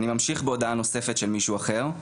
אני ממשיך בהודעה נוספת של מישהו אחר.